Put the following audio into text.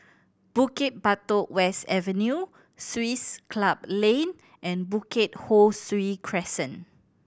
Bukit Batok West Avenue Swiss Club Lane and Bukit Ho Swee Crescent